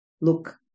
look